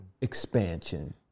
expansion